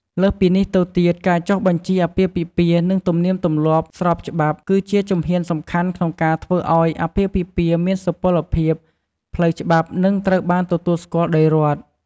លើសពីនេះទៅទៀតការចុះបញ្ជីអាពាហ៍ពិពាហ៍និងទំនៀមទម្លាប់ស្របច្បាប់ គឺជាជំហានសំខាន់ក្នុងការធ្វើអោយអាពាហ៍ពិពាហ៍មានសុពលភាព ផ្លូវច្បាប់ និងត្រូវបានទទួលស្គាល់ ដោយរដ្ឋ។